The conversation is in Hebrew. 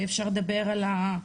ואפשר לדבר איתו